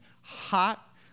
hot